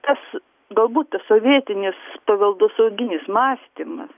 tas galbūt tas sovietinis paveldosauginis mąstymas